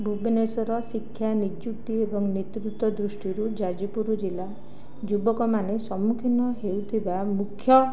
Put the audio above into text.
ଭୁବନେଶ୍ୱର ଶିକ୍ଷା ନିଯୁକ୍ତି ଏବଂ ନେତୃତ୍ୱ ଦୃଷ୍ଟିରୁ ଯାଜପୁର ଜିଲ୍ଲା ଯୁବକମାନେ ସମ୍ମୁଖୀନ ହେଉଥିବା ମୁଖ୍ୟ